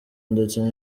ndetse